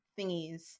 thingies